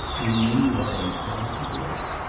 do you mean you are in fancy dress?